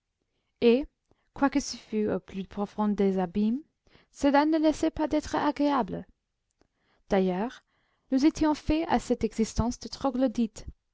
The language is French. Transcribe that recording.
et quoique ce fût au plus profond des abîmes cela ne laissait pas d'être agréable d'ailleurs nous étions faits à cette existence de troglodytes